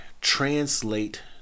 translate